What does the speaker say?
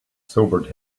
sobered